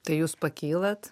tai jūs pakylat